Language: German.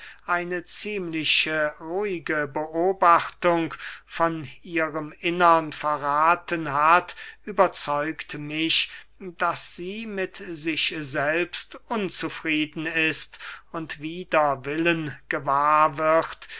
eine ziemlich ruhige beobachtung von ihrem innern verrathen hat überzeugt mich daß sie mit sich selbst unzufrieden ist und wider willen gewahr wird